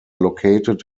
located